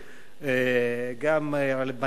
גם גאלב מג'אדלה,